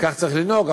וכך צריך לנהוג,